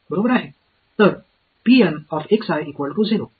तर ठीक आहे